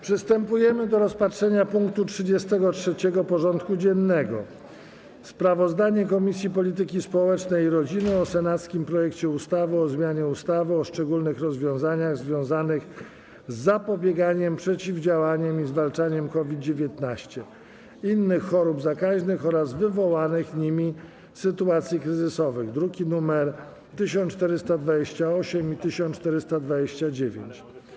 Przystępujemy do rozpatrzenia punktu 33. porządku dziennego: Sprawozdanie Komisji Polityki Społecznej i Rodziny o senackim projekcie ustawy o zmianie ustawy o szczególnych rozwiązaniach związanych z zapobieganiem, przeciwdziałaniem i zwalczaniem COVID-19, innych chorób zakaźnych oraz wywołanych nimi sytuacji kryzysowych (druki nr 1428 i 1429)